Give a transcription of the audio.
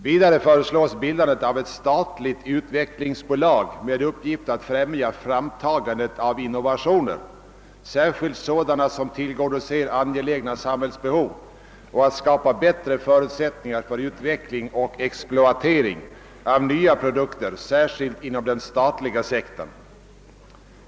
Vidare föreslås bildandet av ett statligt utvecklingsbolag med uppgift att främja framtagandet av innovationer, särskilt sådana som tillgodoser angelägna samhällsbehov, och att skapa bättre förutsättningar för utveckling och planering av nya produkter särskilt inom den statliga sektorn.